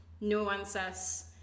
nuances